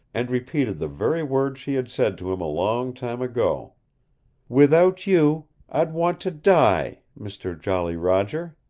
and repeated the very words she had said to him a long time ago without you i'd want to die mister jolly roger,